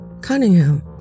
Cunningham